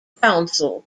council